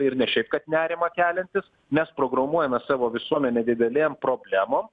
ir ne šiaip kad nerimą keliantys mes programuojame savo visuomenę didelėm problemom